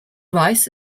rice